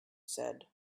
said